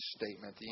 statement